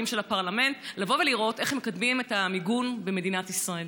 של הפרלמנט לבוא ולראות איך מקדמים את המיגון במדינת ישראל.